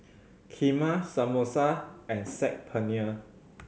Kheema Samosa and Saag Paneer